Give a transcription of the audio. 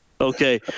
Okay